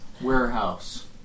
warehouse